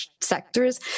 Sectors